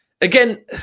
Again